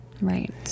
Right